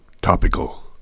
topical